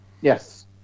Yes